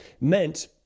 meant